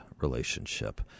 relationship